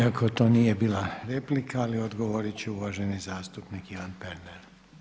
Iako to nije bila replika, ali odgovorit će uvaženi zastupnik Ivan Pernar.